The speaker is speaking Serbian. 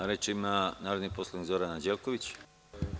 Reč ima narodni poslanik Zoran Anđelković.